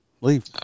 Leave